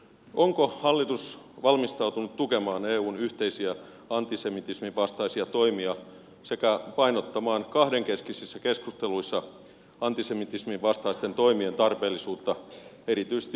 onko hallitus valmistautunut tukemaan eun yhteisiä antisemitismin vastaisia toimia sekä painottamaan kahdenkeskisissä keskusteluissa antisemitismin vastaisten toimien tarpeellisuutta erityisesti näissä maissa